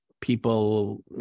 people